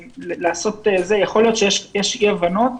יכול להיות שיש אי הבנות.